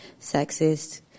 sexist